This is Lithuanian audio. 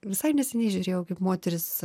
visai neseniai žiūrėjau kaip moterys